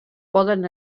poden